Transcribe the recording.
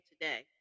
today